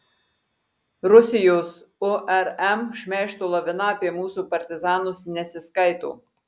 rusijos urm šmeižto lavina apie mūsų partizanus nesiskaito